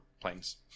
planes